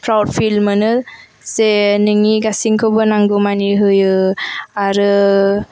proud feel मोनो जे नोंनि गासिनखौबो नांगौ मानि होयो आरो